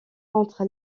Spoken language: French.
contre